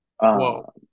Whoa